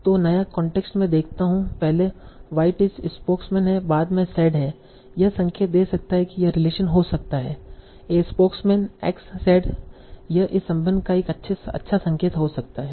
तों नया कांटेक्स्ट मैं देखता हूं पहले व्हाट इस स्पोक्समैन है बाद में सेड है यह संकेत दे सकता है कि यह रिलेशन हो सकता है ए स्पोक्समैन X सेड यह इस संबंध का एक अच्छा संकेत हो सकता है